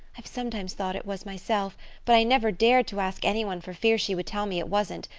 i've sometimes thought it was myself but i never dared to ask anyone for fear she would tell me it wasn't.